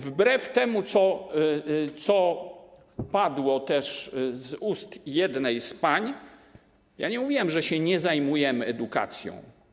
Wbrew temu, co padło też z ust jednej z pań, ja nie mówiłem, że się nie zajmujemy edukacją.